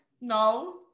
no